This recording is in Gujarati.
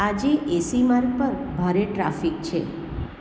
આજે એસી માર્ગ પર ભારે ટ્રાફિક છે